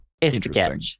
interesting